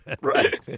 Right